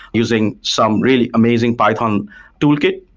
using some really amazing python toolkit.